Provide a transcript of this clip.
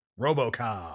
robocop